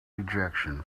ejection